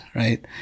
right